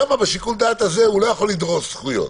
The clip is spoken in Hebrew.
שם בשיקול הדעת הזה, הוא לא יכול לדרוש זכויות,